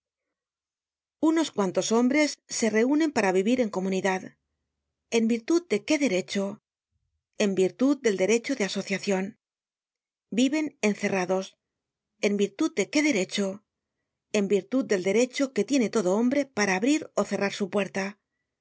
unos cuantos hombres se reunen para vivir en comunidad eu virtud de qué derecho en virtud del derecho de asociacion viven encerrados en virtud de qué derecho en virtud del derecho que tiene todo hombre para abrir ó cerrar su puerta